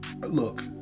look